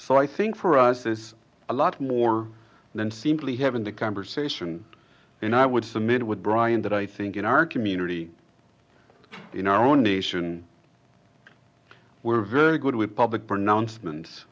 so i think for us is a lot more than simply having the conversation and i would submit with brian that i think in our community in our own nation we're very good with public pronouncements